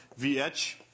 VH